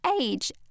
age